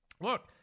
look